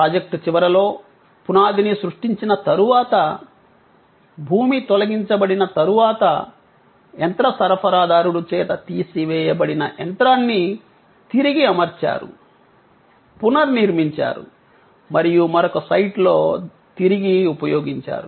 project చివరలో పునాదిని సృష్టించిన తరువాత భూమి తొలగించబడిన తరువాత యంత్ర సరఫరాదారుడు చేత తీసివేయబడిన యంత్రాన్ని తిరిగి అమర్చారు పునర్నిర్మించారు మరియు మరొక సైట్ లో తిరిగి ఉపయోగించారు